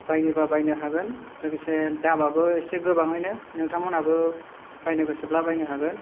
बाइयोबा बाइनो हागोन लोगोसे दाम आबो एसे गोबांयैनो नोंथां मोनहाबो बाइनो गोसोब्ला बाइनो हागोन